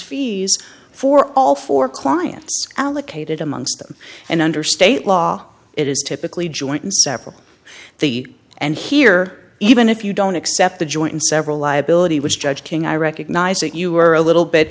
fees for all four clients allocated amongst them and under state law it is typically joint and several the and here even if you don't accept the joint and several liability which judge king i recognize that you are a little